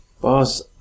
boss